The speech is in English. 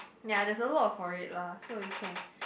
ya there also for it lah so it can